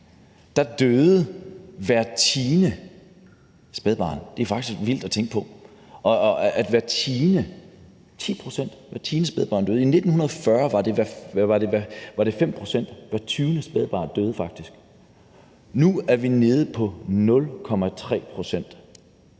1910 døde hvert tiende spædbarn. Det er faktisk vildt at tænke på, at hvert tiende, altså 10 pct., døde. I 1940 var det 5 pct., altså hvert tyvende spædbarn, der faktisk døde. Nu er vi nede på 0,3 pct.